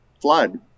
flood